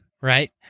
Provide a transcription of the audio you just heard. right